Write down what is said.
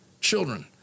children